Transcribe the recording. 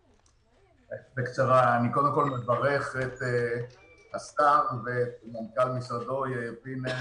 אני קודם כול מברך את השר ואת מנכ"ל משרדו יאיר פינס.